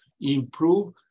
improve